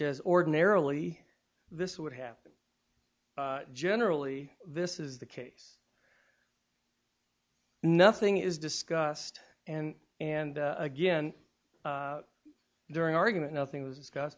as ordinarily this would happen generally this is the case nothing is discussed and and again during argument nothing was discussed